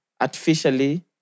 artificially